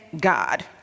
God